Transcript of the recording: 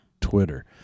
Twitter